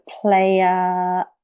player